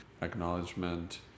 Acknowledgement